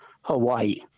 Hawaii